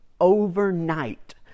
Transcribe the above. Overnight